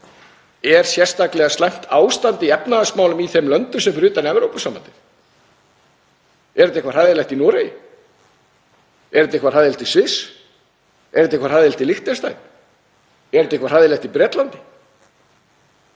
Er sérstaklega slæmt ástand í efnahagsmálum í þeim löndum sem eru fyrir utan Evrópusambandið? Er þetta eitthvað hræðilegt í Noregi? Er þetta eitthvað hræðilegt í Sviss? Er þetta eitthvað hræðilegt í Liechtenstein? Er þetta eitthvað hræðilegt í Bretlandi?